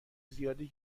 زیادی